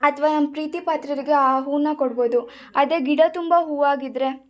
ಅಥವಾ ನಮ್ಮ ಪ್ರೀತಿಪಾತ್ರರಿಗೆ ಆ ಹೂನ ಕೊಡ್ಬೋದು ಅದೇ ಗಿಡ ತುಂಬ ಹೂವಾಗಿದ್ದರೆ